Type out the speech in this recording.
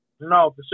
No